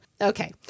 Okay